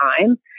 time